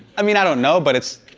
i mean, i don't know, but it's.